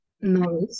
knowledge